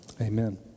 amen